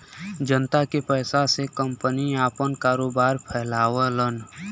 जनता के पइसा से कंपनी आपन कारोबार फैलावलन